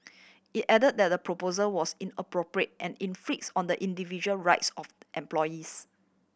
it add that the proposal was inappropriate and on the individual rights of employees